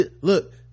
look